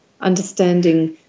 understanding